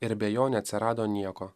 ir be jo neatsirado nieko